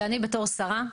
שאני בתור שרה,